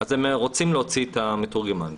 אז הם רוצים להוציא את המתורגמן.